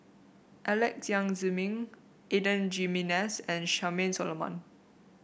Alex Yam Ziming Adan Jimenez and Charmaine Solomon